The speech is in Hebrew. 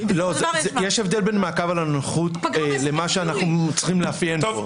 יש הבדל בין מעקב על הנוכחות לבין מה שאנחנו צריכים לאפיין כאן.